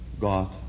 God